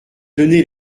données